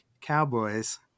cowboys